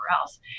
else